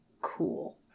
cool